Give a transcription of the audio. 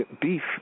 Beef